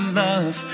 love